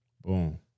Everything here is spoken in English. Boom